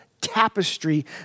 tapestry